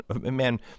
Man